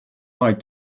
night